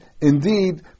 indeed